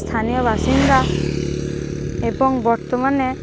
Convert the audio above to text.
স্থানীয় বাসিন্দা এবং বর্তমানে